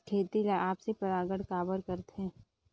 खेती ला आपसी परागण काबर करथे?